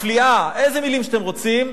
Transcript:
המפליאה, איזה מלים שאתם רוצים,